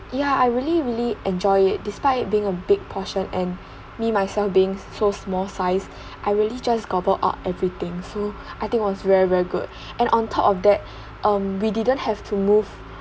yeah I really really enjoy it despite being a big portion and me myself being so small size I really just gobble up everything so I think was very good and on top of that um we didn't have to move